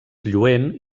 lluent